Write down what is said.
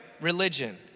Religion